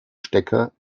stecker